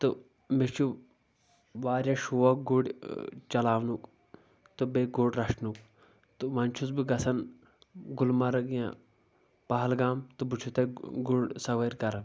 تہٕ مےٚ چھُ واریاہ شوق گُر چلاونُک تہٕ بیٚیہِ گُر رچھنُک تہٕ وۄنۍ چھُس بہٕ گژھان گُلمرٕگ یا پہلگام تہٕ بہٕ چھُس تتہِ گُر سوٲرۍ کران